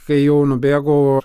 kai jau nubėgau